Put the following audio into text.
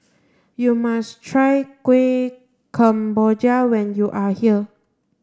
you must try Kueh Kemboja when you are here